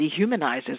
dehumanizes